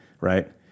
right